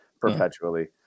perpetually